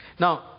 Now